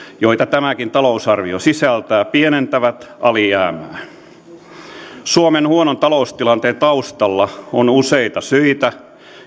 joita tämäkin talousarvio sisältää pienentävät alijäämää suomen huonon taloustilanteen taustalla on useita syitä